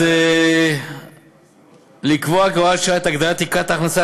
אז לקבוע כהוראת שעה את הגדלת תקרת ההכנסה